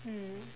mm